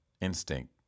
instinct